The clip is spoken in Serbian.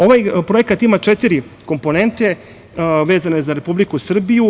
Ovaj projekat ima četiri komponente vezano za Republiku Srbiju.